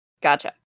gotcha